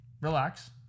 relax